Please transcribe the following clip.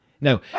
No